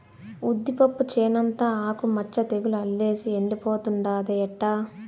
ఉద్దిపప్పు చేనంతా ఆకు మచ్చ తెగులు అల్లేసి ఎండిపోతుండాదే ఎట్టా